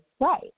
right